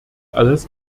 alles